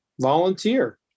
Volunteer